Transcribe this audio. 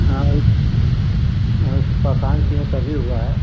हाँ वैसे परेशान किए है तभी हुआ है